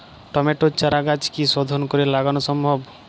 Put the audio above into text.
টমেটোর চারাগাছ কি শোধন করে লাগানো সম্ভব?